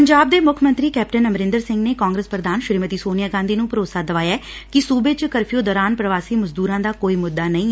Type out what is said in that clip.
ਪੰਜਾਬ ਦੇ ਮੁੱਖ ਮੰਤਰੀ ਕੈਪਟਨ ਅਮਰਿੰਦਰ ਸਿੰਘ ਨੇ ਕਾਂਗਰਸ ਪ੍ਰਧਾਨ ਸ੍ਰੀਮਤੀ ਸੋਨੀਆ ਗਾਂਧੀ ਨੂੰ ਭਰੋਸਾ ਦਵਾਇਐ ਕਿ ਸੁਬੇ ਚ ਕਰਫਿਉ ਦੌਰਾਨ ਪੁਵਾਸੀ ਮਜ਼ਦਰਾਂ ਦਾ ਕੋਈ ਮੱਦਾ ਨਹੀਂ ਐ